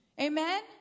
Amen